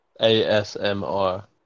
ASMR